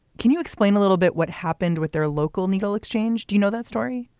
can you explain a little bit what happened with their local needle exchange? do you know that story?